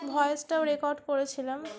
ভয়েসটাও record করেছিলাম